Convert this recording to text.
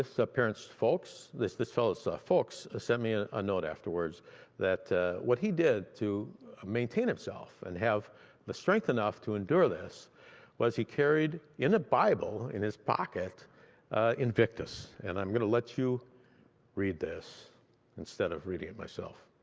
this ah is a this this fellow's ah folks sent me ah a note afterwards that what he did to maintain himself and have the strength enough to endure this was he carried in a bible in his pocket invictus. and i'm going to let you read this instead of reading it myself.